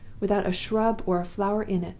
without a shrub or a flower in it,